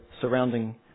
surrounding